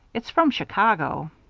it's from chicago.